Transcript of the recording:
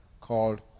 called